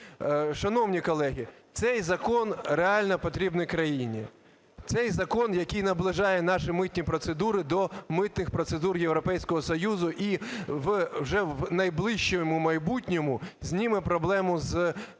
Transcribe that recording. Шановні колеги, цей закон реально потрібний країні, це закон, який наближає наші митні процедури до митних процедур Європейського Союзу і вже в найближчому майбутньому зніме проблему з контрабандою.